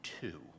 two